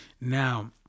Now